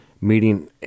meeting